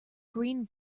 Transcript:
green